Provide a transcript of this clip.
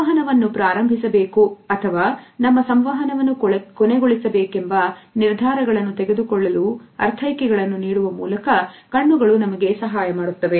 ಸಂವಹನವನ್ನು ಪ್ರಾರಂಭಿಸಬೇಕು ಅಥವಾ ನಮ್ಮ ಸಂವಹನವನ್ನು ಕೊನೆಗೊಳಿಸಬೇಕೆಂಬ ನಿರ್ಧಾರಗಳನ್ನು ತೆಗೆದುಕೊಳ್ಳಲು ಅರ್ಥೈಕೆ ಗಳನ್ನು ನೀಡುವ ಮೂಲಕ ಕಣ್ಣುಗಳು ನಮಗೆ ಸಹಾಯ ಮಾಡುತ್ತವೆ